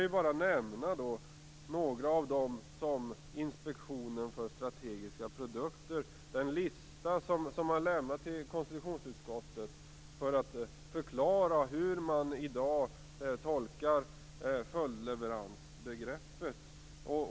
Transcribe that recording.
Jag kan nämna några exempel från den lista som Inspektionen för strategiska produkter har lämnat till konstitutionsutskottet för att förklara hur man i dag tolkar följdleveransbegreppet.